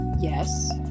Yes